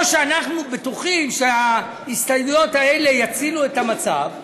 או שאנחנו בטוחים שההסתייגויות האלה יצילו את המצב,